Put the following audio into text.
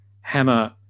hammer